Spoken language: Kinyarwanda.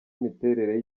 imiterere